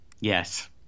Yes